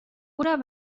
oder